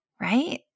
right